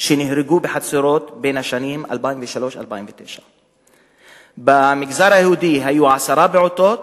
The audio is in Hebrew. שנהרגו בחצרות בין השנים 2003 עד 2009. במגזר היהודי היו עשרה פעוטות,